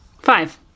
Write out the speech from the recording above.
Five